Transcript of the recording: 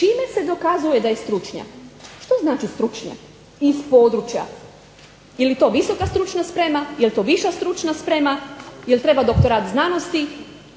čime se dokazuje da je stručnjak? Što znači stručnjak iz područja? Je li to visoka stručna sprema, jel' to viša stručna sprema, jel' treba doktorat znanosti?